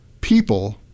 people